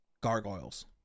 Gargoyles